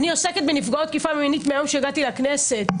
אני עוסקת בנפגעות תקיפה מינית מהיום שהגעתי לכנסת.